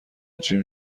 جیم